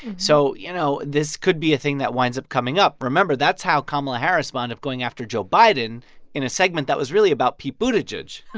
so you know, this could be a thing that winds up coming up. remember that's how kamala harris wound up going after joe biden in a segment that was really about pete buttigieg and